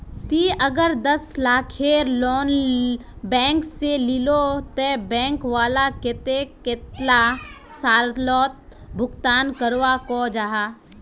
ती अगर दस लाखेर लोन बैंक से लिलो ते बैंक वाला कतेक कतेला सालोत भुगतान करवा को जाहा?